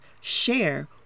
share